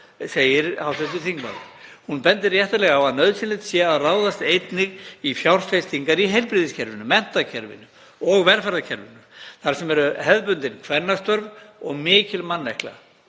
segir hv. þingmaður. Hún bendir réttilega á að nauðsynlegt sé að ráðast einnig í fjárfestingar í heilbrigðiskerfinu, menntakerfinu og velferðarkerfinu þar sem eru hefðbundin kvennastörf og mikil mannekla,